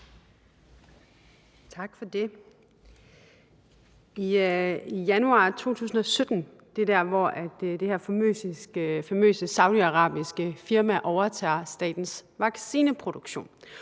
Tak for det. I januar 2017 overtager det her famøse saudiarabiske firma statens vaccineproduktion.